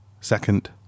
second